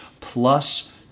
plus